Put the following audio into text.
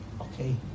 Okay